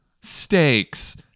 steaks